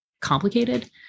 complicated